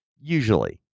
Usually